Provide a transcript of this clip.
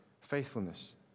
faithfulness